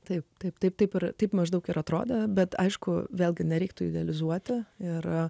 taip taip taip taip ir taip maždaug ir atrodo bet aišku vėlgi nereiktų idealizuoti ir